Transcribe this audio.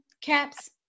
caps